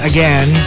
Again